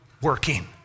working